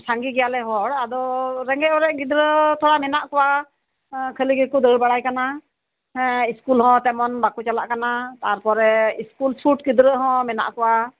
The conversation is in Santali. ᱥᱟᱸᱜᱮ ᱜᱮᱭᱟᱞᱮ ᱦᱚᱲ ᱟᱫᱚ ᱨᱮᱸᱜᱮᱡᱼᱚᱨᱮᱡ ᱜᱤᱫᱽᱨᱟᱹ ᱛᱷᱚᱲᱟ ᱢᱮᱱᱟᱜ ᱠᱚᱣᱟ ᱠᱷᱟᱹᱞᱤ ᱜᱮᱠᱚ ᱫᱟᱹᱲ ᱵᱟᱲᱟᱭ ᱠᱟᱱᱟ ᱦᱮᱸ ᱤᱥᱠᱩᱞ ᱦᱚᱸ ᱛᱮᱢᱚᱱ ᱵᱟᱠᱚ ᱪᱟᱞᱟᱜ ᱠᱟᱱᱟ ᱛᱟᱨᱯᱚᱨᱮ ᱤᱥᱠᱩᱞ ᱪᱷᱩᱴ ᱜᱤᱫᱽᱨᱟᱹ ᱦᱚᱸ ᱢᱮᱱᱟᱜ ᱠᱚᱣᱟ